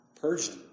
Persian